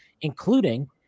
including